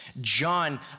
John